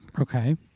okay